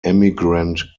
emigrant